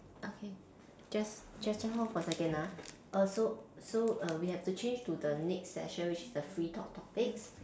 okay just just just hold on for a second ah err so so err we have to change to the next session which is the free talk topics